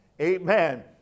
Amen